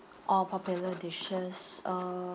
or popular dishes uh